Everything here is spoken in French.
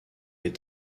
est